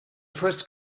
first